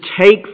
take